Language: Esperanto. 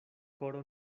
koro